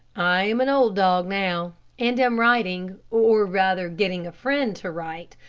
i am an old dog now, and am writing, or rather getting a friend to write,